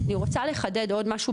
אני רוצה לחדד עוד משהו,